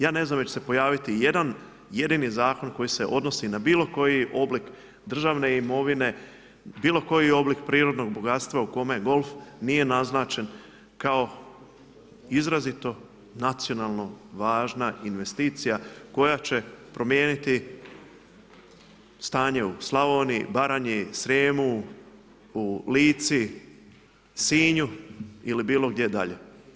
Ja ne znam hoće li se pojaviti i jedan jedini zakon koji se odnosi na bilo koji oblik državne imovine, bilo koji oblik prirodnog bogatstva u kojem golf nije naznačen kao izrazito nacionalno važna investicija koja će promijeniti stanje u Slavoniji, Baranji, Srijemu u Lici, Sinju ili bilo gdje dalje.